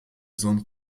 sohn